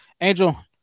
Angel